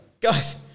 guys